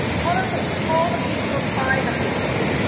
politics for the people, by the people.